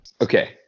Okay